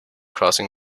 crossing